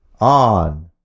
on